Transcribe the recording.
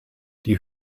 die